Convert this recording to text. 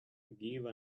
give